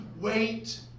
wait